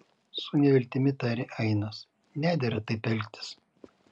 su neviltimi tarė ainas nedera taip elgtis